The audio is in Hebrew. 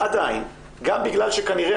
עדיין גם בגלל שכנראה,